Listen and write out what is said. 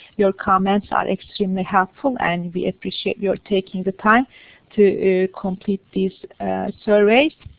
your comments are extremely helpful, and we appreciate your taking the time to complete these surveys.